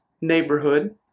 neighborhood